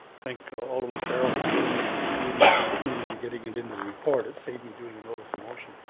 thank alderman farrell for getting it to the committee, the ah committee but getting it into the report. it saved me doing a notice of motion.